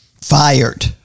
Fired